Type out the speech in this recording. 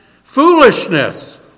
foolishness